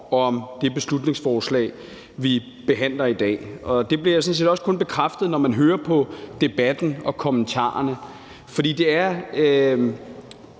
om det beslutningsforslag, vi behandler i dag. Og det bliver jo sådan set også kun bekræftet, når man hører debatten og kommentarerne. For det er